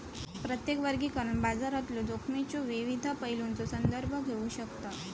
प्रत्येक वर्गीकरण बाजारातलो जोखमीच्यो विविध पैलूंचो संदर्भ घेऊ शकता